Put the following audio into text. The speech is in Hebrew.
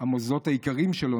המוסדות היקרים שלו,